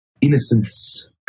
Innocence